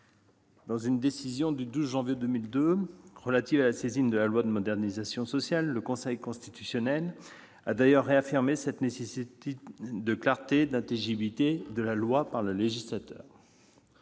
Dans une décision du 2 janvier 2002 relative à la saisine de la loi de modernisation sociale, le Conseil constitutionnel a d'ailleurs réaffirmé la nécessité, pour le législateur,